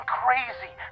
crazy